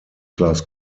class